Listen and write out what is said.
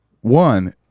One